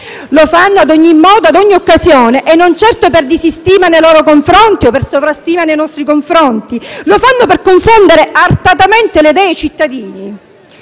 Lo fanno in ogni modo e ad ogni occasione e non certo per disistima nei loro confronti o per sovrastima nei nostri confronti, lo fanno per confondere artatamente le idee ai cittadini.